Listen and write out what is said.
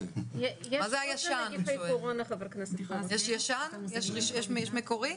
הישן, יש ישן, יש מקורי,